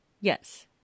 Yes